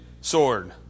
sword